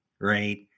right